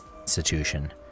institution